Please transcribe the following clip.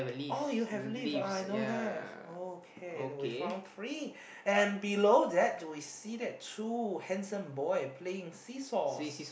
oh you have leaf I don't have okay we found three and below that we see that two handsome boy playing seesaws